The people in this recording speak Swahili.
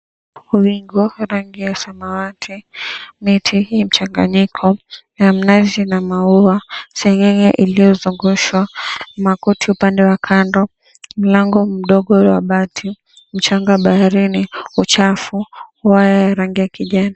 Wingu rangi ya samawati, miti hii mchanganyiko na mnazi na maua seng'eng'e iliyozungushwa, makuti upande wa kando, mlango mdogo wa bati, mchanga baharini, uchafu, waya ya rangi ya kijani.